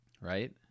right